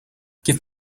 give